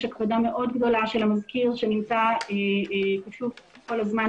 יש הקפדה מאוד גדולה של המזכיר שנמצא כל הזמן,